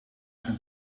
zijn